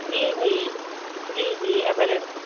جی جی جی جی اویلیبل